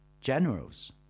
generals